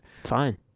Fine